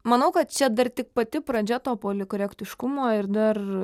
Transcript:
manau kad čia dar tik pati pradžia to politkorektiškumo ir dar